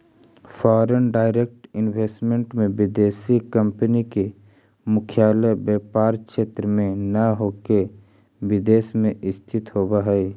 foreign direct investment में विदेशी company के मुख्यालय व्यापार क्षेत्र में न होके विदेश में स्थित होवऽ हई